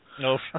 No